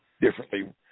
differently